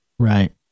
Right